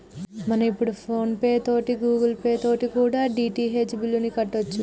మనం ఇప్పుడు ఫోన్ పే తోటి గూగుల్ పే తోటి కూడా డి.టి.హెచ్ బిల్లుని కట్టొచ్చు